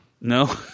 No